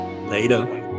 Later